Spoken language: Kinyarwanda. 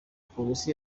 polisi